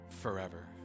forever